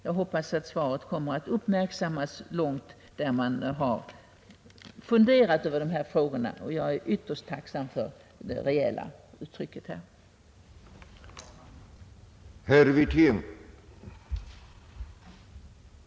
Jag hoppas att svaret kommer att uppmärksammas överallt där man funderat över dessa frågor, och jag är ytterst tacksam för det klara besked som jag fått.